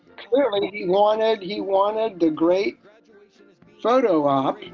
clearly, lorna. you wanted a great photo op